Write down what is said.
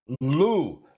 Lou